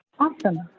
Awesome